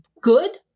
good